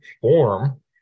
form